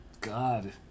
God